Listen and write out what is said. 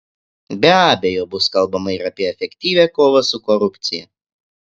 be abejo bus kalbama ir apie efektyvią kovą su korupcija